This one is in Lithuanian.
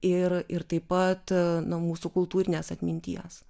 ir ir taip pat na mūsų kultūrinės atminties